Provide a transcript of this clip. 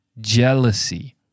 jealousy